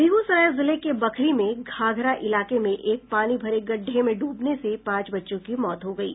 बेगूसराय जिले के बखरी में घाघरा इलाके में एक पानी भरे गड़ढे में ड्बने से पांच बच्चों की मौत हो गयी